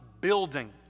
building